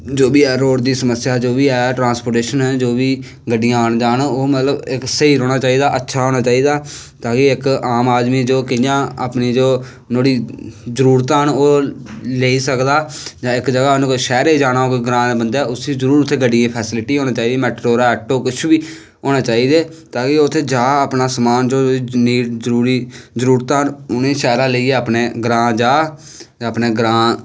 जो बी ऐ ट्रांसपोटेशन जो बी ऐ बड्डियां आन जान ओह् मतलव स्हेई रौह्ना चाही दा अच्चा होना चाही दा तां जे इक आम आमदी नोहाड़ी जो जरूरतां न ओह् लेई सकदा जां इक जगाह् दा कोई सैह्रे गी जाना ऐ कोई ग्रांऽ दै बंदै उसी जरूर उत्थें गड्डियें दी फैसलिटी होनी चाही दी मैटाडोरां ऐटो कुश बी होने चाही दा ताकि ओह् उत्थें जा समान जो जरूरतां न उनेंगी शैह्रा दा लेइयै अपने ग्रांऽ जा ते अपने ग्रांऽ